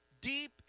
deep